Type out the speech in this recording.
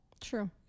True